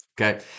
okay